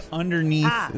underneath